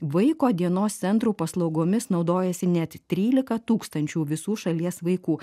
vaiko dienos centrų paslaugomis naudojasi net trylika tūkstančių visų šalies vaikų